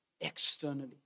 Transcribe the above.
externally